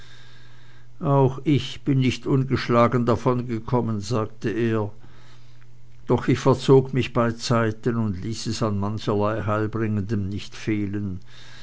auch ich bin nicht ungeschlagen davongekommen sagte er doch ich verzog mich beizeiten und ließ es an mancherlei heilbringendem nicht fehlen